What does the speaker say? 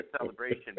celebration